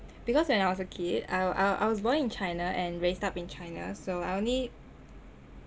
because when I was a kid I I I was born in china and raised up in china so I only